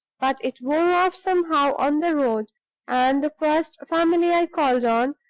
but it wore off somehow on the road and the first family i called on,